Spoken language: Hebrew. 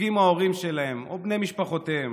סופגים ההורים שלהם או בני משפחותיהם.